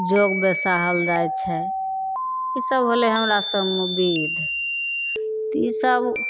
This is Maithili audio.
जोग बेसाहल जाइ छै ईसब होलै हमरा सभमे विध तऽ ईसब